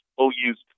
OU's